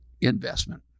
investment